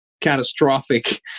catastrophic